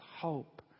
hope